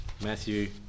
Matthew